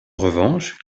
revanche